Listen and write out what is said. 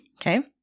okay